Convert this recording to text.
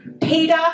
Peter